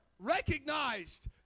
recognized